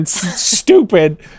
Stupid